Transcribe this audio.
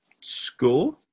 score